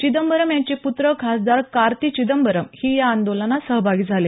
चिदंबरम यांचे पुत्र खासदार कार्ति चिदंबरम ही या आंदोलनात सहभागी झाले